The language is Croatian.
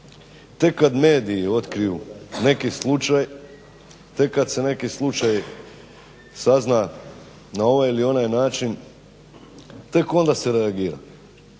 tek kad mediji otkriju neki slučaj, tek kad se neki slučaj sazna na ovaj ili onaj način tek onda se reagira.